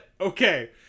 okay